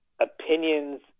opinions